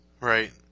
right